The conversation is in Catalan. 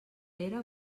pere